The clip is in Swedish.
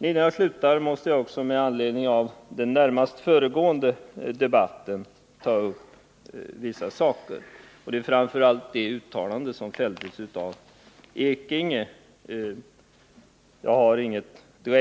Till sist vill jag anknyta något till den närmast föregående debatten. Bernt Ekinge gjorde ett uttalande som jag inte direkt